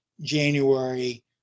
January